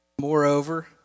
Moreover